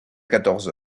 quatorze